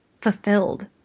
fulfilled